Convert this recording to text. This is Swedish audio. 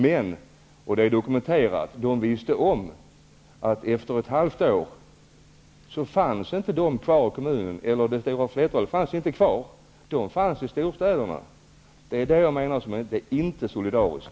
Men -- och det är dokumenterat -- de visste om att efter ett halvt år fanns det stora flertalet mottagna inte längre kvar i kommunen. De fanns i storstäderna. Det är detta som jag menar inte är solidariskt.